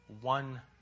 one